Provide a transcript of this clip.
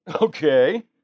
Okay